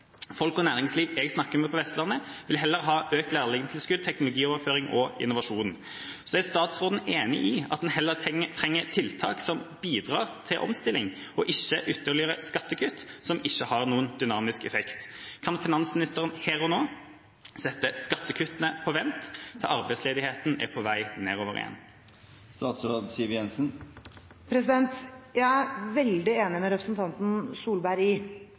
Folk og næringsliv jeg snakker med på Vestlandet, vil heller ha økt lærlingtilskudd, teknologioverføring og innovasjon. Er statsråden enig i at en heller trenger tiltak som bidrar til omstilling, og ikke ytterligere skattekutt som ikke har noen dynamisk effekt? Kan finansministeren her og nå sette skattekuttene på vent til arbeidsledigheten er på vei nedover igjen? Jeg er veldig enig med representanten Tvedt Solberg i